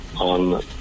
on